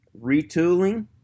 Retooling